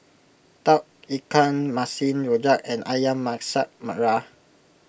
Tauge Ikan Masin Rojak and Ayam Masak Merah